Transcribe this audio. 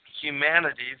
humanity